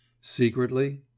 Secretly